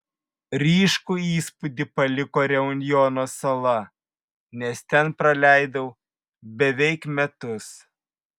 ryškų įspūdį paliko reunjono sala nes ten praleidau beveik metus